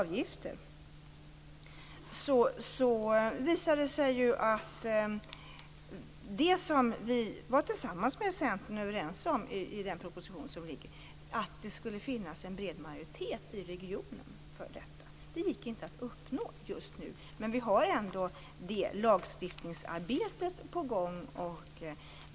Vi var överens med Centern i den föreliggande propositionen om att det skulle finnas en bred majoritet i regionen för miljöstyrande avgifter. En sådan gick inte att uppnå just nu. Men det lagstiftningsarbetet är ändå på gång.